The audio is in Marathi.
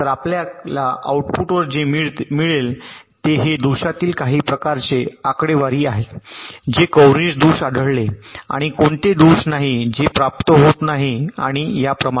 तर आपल्याला आऊटपुटवर जे मिळेल ते हे दोषातील काही प्रकारचे आकडेवारी आहे जे कव्हरेज दोष आढळले आणि कोणते दोष नाही जे प्राप्त होत नाहीत आणि याप्रमाणे